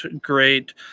great